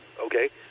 okay